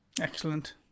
Excellent